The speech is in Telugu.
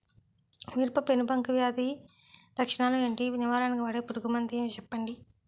మిరప పెనుబంక వ్యాధి లక్షణాలు ఏంటి? నివారణకు వాడే పురుగు మందు చెప్పండీ?